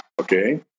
okay